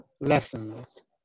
lessons